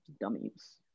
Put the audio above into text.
Dummies